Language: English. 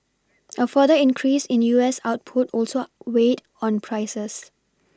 a further increase in U S output also weighed on prices